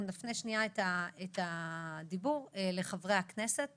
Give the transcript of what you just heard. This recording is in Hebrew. אנחנו נפנה את רשות הדיבור לחברי הכנסת